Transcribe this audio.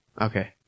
okay